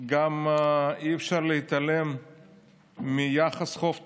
אי-אפשר גם להתעלם מיחס חוב תוצר.